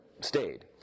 stayed